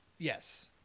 yes